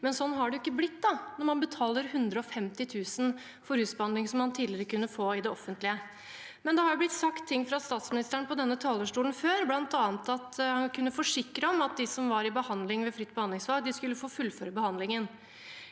men sånn har det jo ikke blitt når man betaler 150 000 kr for rusbehandling som man tidligere kunne få i det offentlige. Det er blitt sagt ting fra statsministeren på denne talerstolen før, bl.a. at han kunne forsikre om at de som var i behandling under ordningen fritt behandlingsvalg, skulle få fullføre behandlingen.